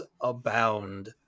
abound